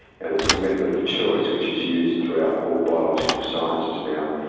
and ah the method of choice which is used throughout all biological sciences now.